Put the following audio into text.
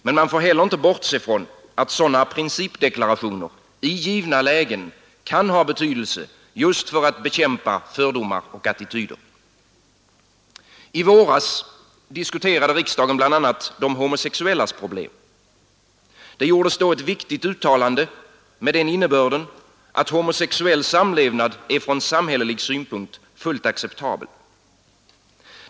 Men man får heller inte bortse från att sådana principdeklarationer i givna lägen kan ha betydelse just för att bekämpa fördomar och attityder. I våras diskuterade riksdagen bl.a. de homosexuellas problem. Det gjordes då ett viktigt uttalande med den innebörden att homosexuell samlevnad är från samhällelig synpunkt fullt acceptabel.